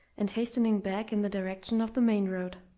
and hastening back in the direction of the main road.